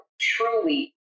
truly